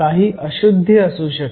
काही अशुध्दी असू शकते